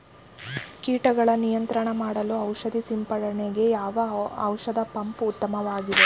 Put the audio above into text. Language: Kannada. ಕೀಟಗಳ ನಿಯಂತ್ರಣ ಮಾಡಲು ಔಷಧಿ ಸಿಂಪಡಣೆಗೆ ಯಾವ ಔಷಧ ಪಂಪ್ ಉತ್ತಮವಾಗಿದೆ?